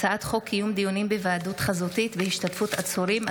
הצעת חוק קיום דיונים בהיוועדות חזותית בהשתתפות עצורים,